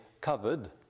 covered